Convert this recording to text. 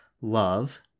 love